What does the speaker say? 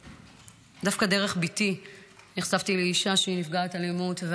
דווקא דרך בתי נחשפתי לאישה שהיא נפגעת אלימות.